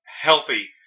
healthy